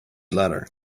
letter